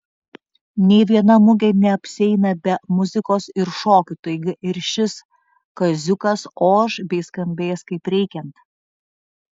nė viena mugė neapsieina be muzikos ir šokių taigi ir šis kaziukas oš bei skambės kaip reikiant